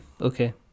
okay